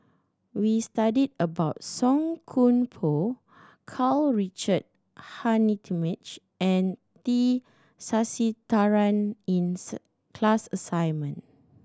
we studied about Song Koon Poh Karl Richard Hanitsch and T Sasitharan in sir class assignment